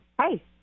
Hi